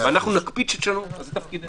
אנחנו נקפיד שתשנו אותה, זה תפקידנו.